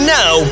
now